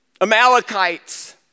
Amalekites